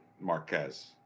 Marquez